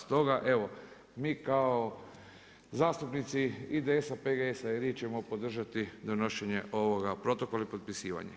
Stoga evo, mi kao zastupnici IDS-a, PGS-a i RI ćemo podržati donošenje ovog protokola i potpisivanje.